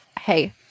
Hey